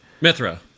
Mithra